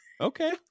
okay